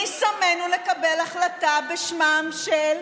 מי שמנו לקבל החלטה בשמם של תושבי,